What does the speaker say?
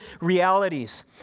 realities